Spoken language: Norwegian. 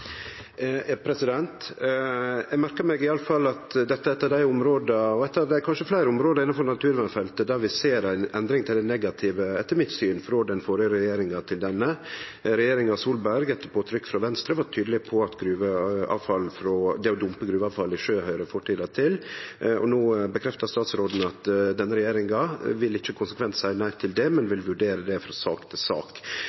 Eg merkar meg i alle fall at dette er eitt av kanskje fleire område innanfor naturvernfeltet der vi etter mitt syn ser ei endring til det negative frå den førre regjeringa til denne. Regjeringa Solberg var, etter påtrykk frå Venstre, tydeleg på at å dumpe gruveavfall i sjø høyrer til fortida. No bekreftar statsråden at denne regjeringa ikkje konsekvent vil seie nei til det, men